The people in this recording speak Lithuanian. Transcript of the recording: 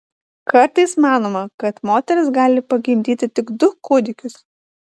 kartais manoma kad moteris gali pagimdyti tik du kūdikius